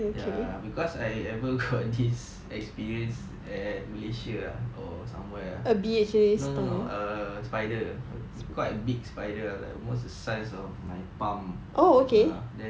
ya plus I ever got this experience at malaysia ah or somewhere ah no no no a spider quite a big spider like almost the size of my palm ya then